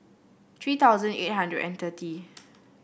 three thousand eight hundred and thirty